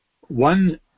One